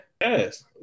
yes